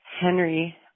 Henry